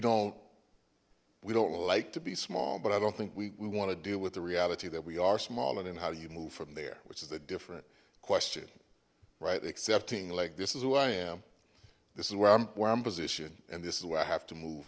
don't we don't like to be small but i don't think we want to deal with the reality that we are smaller than how do you move from there which is a different question right accepting like this is who i am this is where i'm where i'm positioned and this is where i have to move